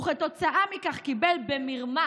וכתוצאה מכך קיבל במרמה